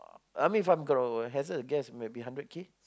I mean from girl hasn't address maybe hundred K